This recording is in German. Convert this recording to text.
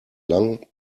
lang